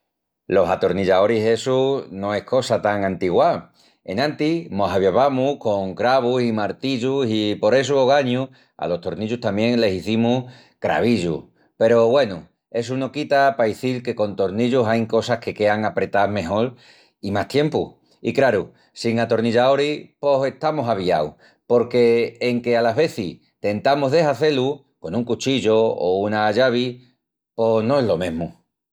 Los atornillaoris essu no es cosa tan antiguá. Enantis mos aviavamus con cravus i martillus i por essu ogañu alos tornillus tamién les izimus cravillus. Peru, güenu, essu no quita pa izil que con tornillus ain cosas que quean apretás mejol i más tiempu. I craru, sin atornillaoris, pos estamus aviaus, porque enque alas vezis tentamus de hazé-lu con un cuchillu o una llavi, pos no es lo mesmu.